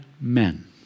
men